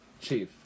Chief